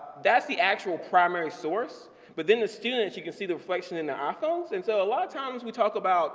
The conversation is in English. that's the actual primary source but then the students you can see the reflection in iphones and so a lot of times we talk about